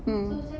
mm